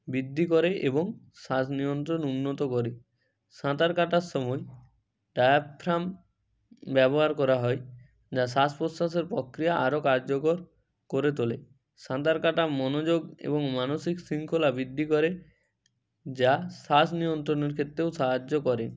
বৃদ্ধি করে এবং শ্বাস নিয়ন্ত্রণ উন্নত করে সাঁতার কাটার সময় ডায়াফ্রাম ব্যবহার করা হয় যা শ্বাস প্রশ্বাসের পক্রিয়া আরো কার্যকর করে তোলে সাঁতার কাটা মনোযোগ এবং মানসিক শৃঙ্খলা বৃদ্ধি করে যা শ্বাস নিয়ন্ত্রণের ক্ষেত্রেও সাহায্য করে